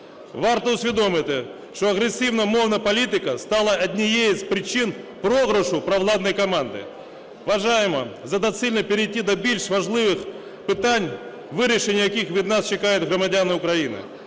Варто усвідомити, що агресивна мовна політика стала однією з причин програшу провладної команди. Вважаємо за доцільне перейти до більш важливих питань, вирішення яких від нас чекають громадяни України.